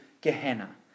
Gehenna